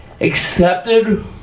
accepted